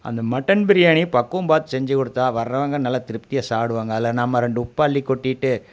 அந்த மட்டன் பிரியாணி பக்குவம் பாத்து செஞ்சு கொடுத்தா வர்றவங்க நல்லா திருப்தியாக சாப்பிடுவாங்க அதில் நம்ம ரெண்டு உப்ப அள்ளி கொட்டிட்டு